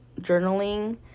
journaling